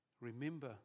Remember